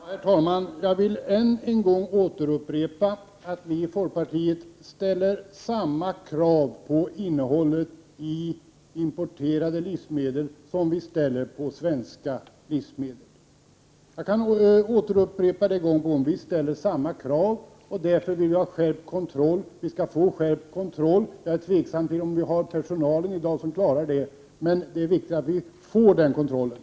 Herr talman! Jag vill än en gång upprepa att vi i folkpartiet ställer samma krav på innehållet i importerade livsmedel som dem som vi ställer på svenska livsmedel. Vi ställer samma krav, och det är därför som vi vill ha skärpt kontroll. Vi skall få en sådan, men jag ställer mig tveksam till att vi i dag har tillräckligt med personal för att klara detta, men det är viktigt att vi får den kontrollen.